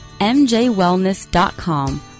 MJWellness.com